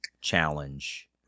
challenge